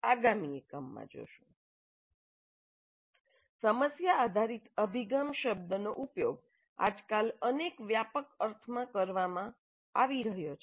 'સમસ્યા આધારિત અભિગમ' શબ્દનો ઉપયોગ આજકાલ અનેક વ્યાપક અર્થમાં કરવામાં આવી રહ્યો છે